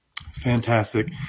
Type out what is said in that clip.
Fantastic